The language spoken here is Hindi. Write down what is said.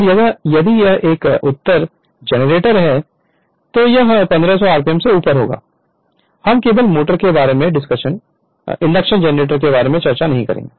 और अगर यह एक उत्तर जनरेटर है तो यह 1500 RPM से ऊपर होगा हम केवल मोटर के बारे में इंडक्शन जनरेटर के बारे में चर्चा नहीं करेंगे